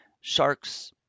Sharks